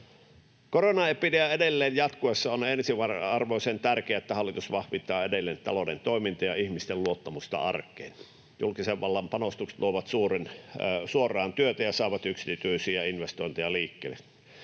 Koronaepidemian edelleen jatkuessa on ensiarvoisen tärkeää, että hallitus vahvistaa edelleen talouden toimintaa ja ihmisten luottamusta arkeen. Julkisen vallan panostukset luovat suoraan työtä ja saavat yksityisiä investointeja liikkeelle.